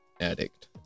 addict